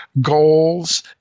goals